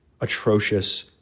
atrocious